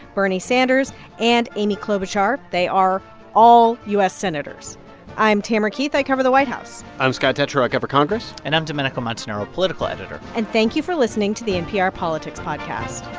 bernie sanders and amy klobuchar. they are all u s. senators i'm tamara keith. i cover the white house i'm scott detrow. i cover congress and i'm domenico montanaro, political editor and thank you for listening to the npr politics podcast